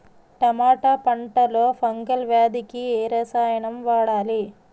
టమాటా పంట లో ఫంగల్ వ్యాధికి ఏ రసాయనం వాడాలి?